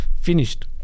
finished